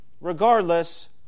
Regardless